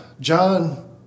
John